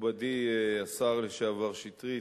מכובדי השר לשעבר שטרית,